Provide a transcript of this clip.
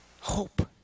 Hope